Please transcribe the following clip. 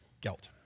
guilt